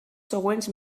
següents